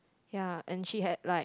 ya and she had like